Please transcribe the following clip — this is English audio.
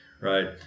right